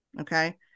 Okay